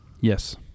Yes